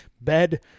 Bed